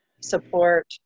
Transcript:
support